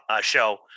show